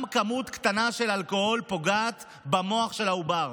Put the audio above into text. גם כמות קטנה של אלכוהול פוגעת במוח של העובר.